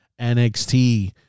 NXT